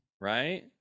Right